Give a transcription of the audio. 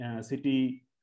city